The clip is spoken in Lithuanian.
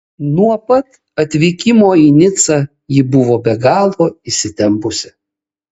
nuo pat atvykimo į nicą ji buvo be galo įsitempusi